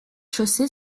chaussée